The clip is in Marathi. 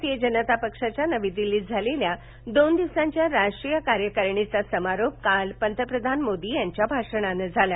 भारतीय जनता पक्षाच्या नवी दिल्लीत झालेल्या दोन दिवसीय राष्ट्रीय कार्यकारिणीचा समारोप काल पंतप्रधान मोदींच्या भाषणाने झाला